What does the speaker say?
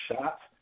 shots